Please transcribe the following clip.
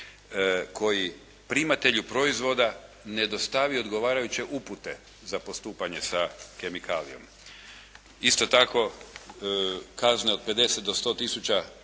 koji primatelju proizvoda ne dostavi odgovarajuće uvjete za postupanje sa kemikalijom. Isto tako kazne od 50 do 100 tisuća